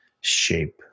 shape